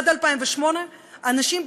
עד 2008 אנשים,